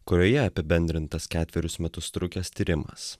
kurioje apibendrintas ketverius metus trukęs tyrimas